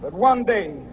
but one day